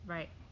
Right